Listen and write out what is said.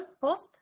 post